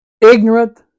ignorant